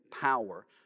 power